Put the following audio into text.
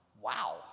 Wow